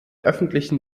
öffentlichen